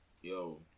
Yo